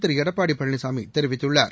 திரு எடப்பாடி பழனிசாமி தெரிவித்துள்ளார்